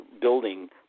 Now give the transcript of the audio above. building